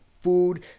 food